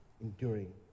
enduring